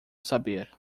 saber